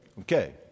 okay